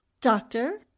Doctor